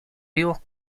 vivos